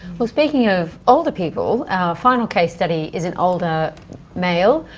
well, speaking of older people, our final case study is an older male,